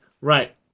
right